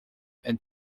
and